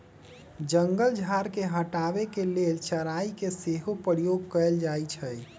जंगल झार के हटाबे के लेल चराई के सेहो प्रयोग कएल जाइ छइ